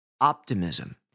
optimism